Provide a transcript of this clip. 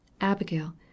Abigail